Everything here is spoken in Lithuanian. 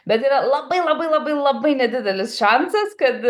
bet yra labai labai labai labai nedidelis šansas kad